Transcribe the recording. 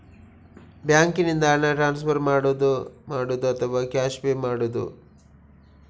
ಬ್ಯಾಂಕಿನಿಂದ ಹಣ ಟ್ರಾನ್ಸ್ಫರ್ ಮಾಡುವುದ ಅಥವಾ ಕ್ಯಾಶ್ ಪೇ ಮಾಡುವುದು?